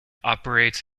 operates